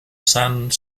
saint